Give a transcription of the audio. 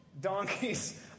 Donkeys